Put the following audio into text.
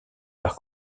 par